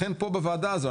לכן פה בוועדה הזו,